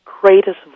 greatest